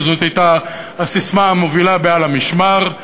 שזאת הייתה הססמה המובילה ב"על המשמר".